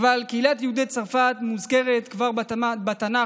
אבל קהילת יהודי צרפת מוזכרת כבר בתנ"ך,